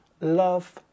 Love